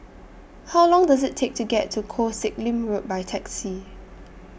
How Long Does IT Take to get to Koh Sek Lim Road By Taxi